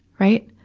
right.